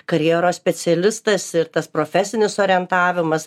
karjeros specialistas ir tas profesinis orientavimas